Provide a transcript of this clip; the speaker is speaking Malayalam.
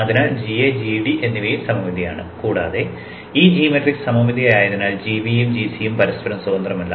അതിനാൽ gA gD എന്നിവയും സമമിതിയാണ് കൂടാതെ ഈ g മാട്രിക്സ് സമമിതിയായതിനാൽ gBയും gCയും പരസ്പരം സ്വതന്ത്രമല്ല